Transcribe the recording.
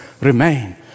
remain